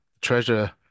treasure